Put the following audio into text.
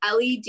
LED